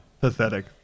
Pathetic